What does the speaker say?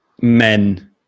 men